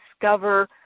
discover